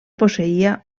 posseïa